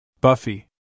Buffy